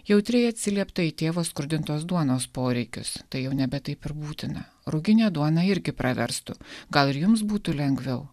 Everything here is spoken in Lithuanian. jautriai atsiliepta į tėvo skrudintos duonos poreikius tai jau nebe taip ir būtina ruginė duona irgi praverstų gal ir jums būtų lengviau